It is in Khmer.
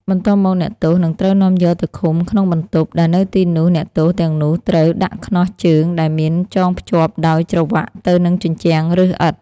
បន្ទាប់មកអ្នកទោសនឹងត្រូវនាំយកទៅឃុំក្នុងបន្ទប់ ដែលនៅទីនោះអ្នកទោសទាំងនេះត្រូវ ដាក់ខ្នោះជើងដែលមានចងភ្ជាប់ដោយច្រវាក់ទៅនឹងជញ្ជាំងឬឥដ្ឋ។